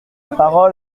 parole